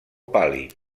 pàl·lid